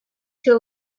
too